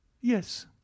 Yes